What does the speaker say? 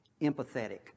empathetic